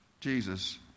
jesus